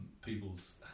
People's